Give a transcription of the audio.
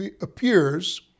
appears